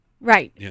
right